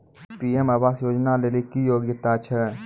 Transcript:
PM आवास योजना लेली की योग्यता छै?